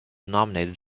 nominated